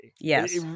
Yes